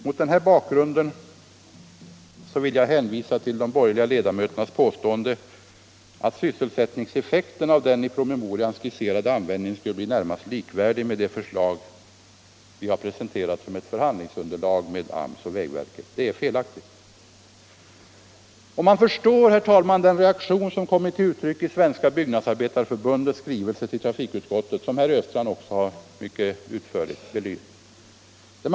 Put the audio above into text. Mot denna bakgrund vill jag hänvisa till de borgerliga ledamöternas påstående, att sysselsättningseffekten av den i promemorian skisserade användningen skulle bli närmast likvärdig med det förslag som vi presenterat som ett underlag för förhandlingar med AMS och vägverket. Detta påstående är felaktigt. Man förstår den reaktion som kommit till uttryck i Svenska byggnadsarbetareförbundets skrivelse till trafikutskottet, som herr Östrand också mycket utförligt belyst.